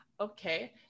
okay